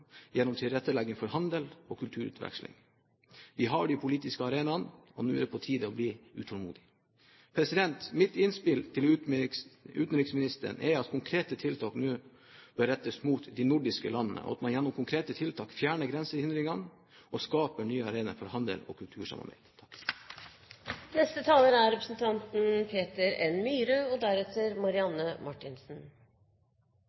politiske arenaene, nå er det på tide å bli utålmodig. Mitt innspill til utenriksministeren er at konkrete tiltak nå bør rettes mot de nordiske landene, og at man gjennom konkrete tiltak fjerner grensehindringene og skaper nye arenaer for handel og kultursamarbeid. La meg få begynne med å takke utenriksministeren for en interessant og